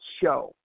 Show